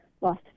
lost